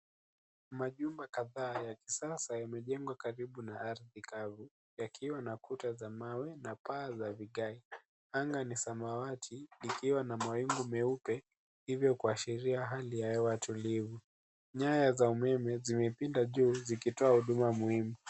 Majumba kadhaa ya kisasa yamejengwa karibu na ardhi kavu yakiwa na kuta za mawe na paa za vigae. Anga ni samawati likiwa na mawingu meupe, hivyo kuashiria hali ya hewa tulivu. Nyaya za umeme zimepinda juu zikitoa huduma muhimu.